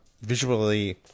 visually